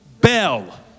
bell